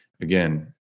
again